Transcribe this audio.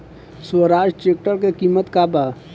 Swaraj tractor के किमत का बा?